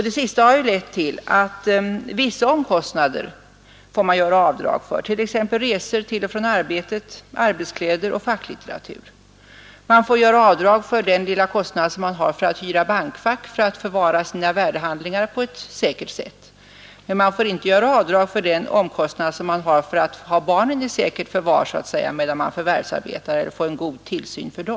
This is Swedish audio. Det sista har lett till att man får göra avdrag för vissa omkostnader, t.ex. resor till och från arbetet, arbetskläder och facklitteratur. Man får göra avdrag för den lilla kostnad man har för att hyra bankfack, för att man skall kunna förvara sina värdehandlingar på ett säkert sätt. Men man får inte göra avdrag för den omkostnad man har för att ha barnen i säkert förvar eller ge dem en god tillsyn medan man förvärvsarbetar.